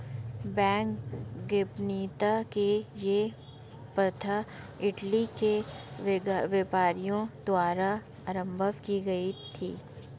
bank गोपनीयता की यह प्रथा इटली के व्यापारियों द्वारा आरम्भ की गयी थी